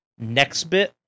Nextbit